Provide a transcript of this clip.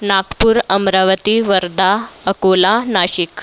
Nagpur Amravati Wardha Akola Nashik